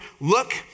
Look